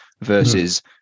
versus